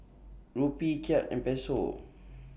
Rupee Kyat and Peso